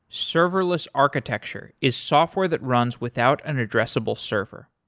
serverless architecture is software that runs without an addressable server.